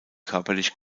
körperlich